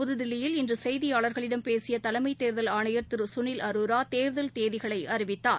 புதுதில்லியில் இன்று செய்தியாளர்களிடம் பேசிய தலைமைத்தேர்தல் ஆணையர் திரு சுனில் அரோரா தேர்தல் தேதிகளை அறிவித்தார்